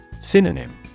Synonym